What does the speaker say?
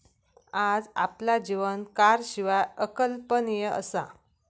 आज आपला जीवन कारशिवाय अकल्पनीय असा